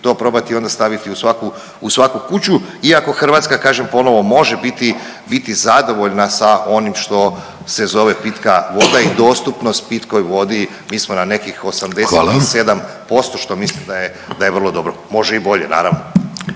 to probati onda staviti u svaku kuću, iako Hrvatska kažem ponovno može biti zadovoljna sa onim što se zove pitka voda i dostupnost pitkoj vodi. …/Upadica Vidović: Hvala./… Mi smo na nekih 87% što mislim da je vrlo dobro. Može i bolje naravno.